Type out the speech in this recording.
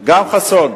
גם חסון,